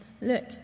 Look